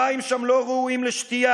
המים שם לא ראויים לשתייה,